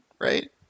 right